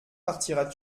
partiras